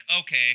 okay